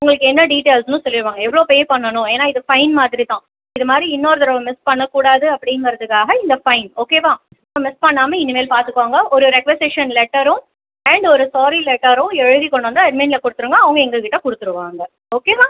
உங்களுக்கு என்ன டீட்டெயில்ஸ்னு சொல்லிடுவாங்க எவ்வளோ பே பண்ணணும் ஏனால் இது ஃபைன் மாதிரி தான் இதுமாதிரி இன்னொரு தடவை மிஸ் பண்ணக்கூடாது அப்படிங்கறதுக்காக இந்த ஃபைன் ஓகேவா ஸோ மிஸ் பண்ணாமல் இனிமேல் பார்த்துக்கோங்க ஒரு ரெக்வஸேஷன் லெட்டரும் அண்ட் ஒரு சாரி லெட்டரும் எழுதி கொண்டு வந்து அட்மினில் கொடுத்துருங்க அவங்க எங்ககிட்ட கொடுத்துருவாங்க ஓகேவா